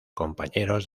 compañeros